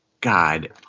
God